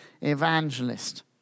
evangelist